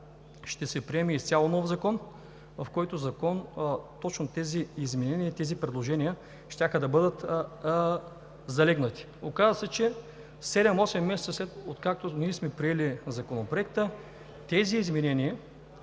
ще се приеме изцяло нов закон, в който закон точно тези изменения, тези предложения щяха да бъдат залегнали. Оказа се, че седем-осем месеца, откакто ние сме приели Законопроекта, тези изменения